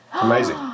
Amazing